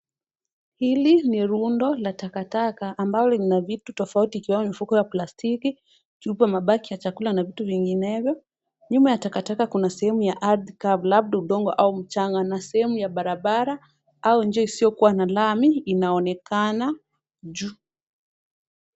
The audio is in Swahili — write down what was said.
Hili ni rundo la takataka, ambalo lina vitu tofauti ikiwemo mifuko ya plastiki, chupa, mabaki ya chakula na vitu vinginevyo. Nyuma ya takataka kuna sehemu ya ardhi kavu, labda udongo au mchanga na sehemu ya barabara au njia isiyo na lami inaonekana juu.